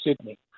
Sydney